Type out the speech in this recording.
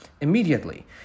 Immediately